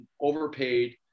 overpaid